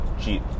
cheap